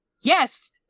Yes